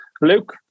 Luke